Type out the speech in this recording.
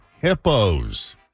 hippos